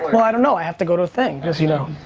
well, i don't know, i have to go to a thing. yes, you know,